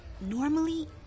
normally